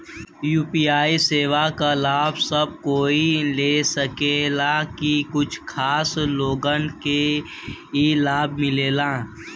UPI सेवा क लाभ सब कोई ले सकेला की कुछ खास लोगन के ई लाभ मिलेला?